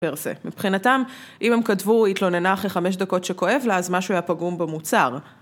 פר סה, מבחינתם אם הם כתבו התלוננה אחרי חמש דקות שכואב לה אז משהו היה פגום במוצר.